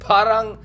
Parang